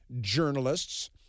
journalists